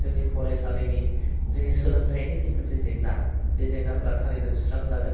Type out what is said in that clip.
जोंनि फरायसालिनि जोंनि सोलोंथाइनि जि मोनसे जेंना बे जेंनाफोरा थारैनो सुस्रांजागोन